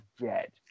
dead